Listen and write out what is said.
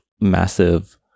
massive